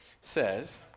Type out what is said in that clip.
says